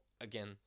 again